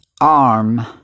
arm